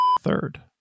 third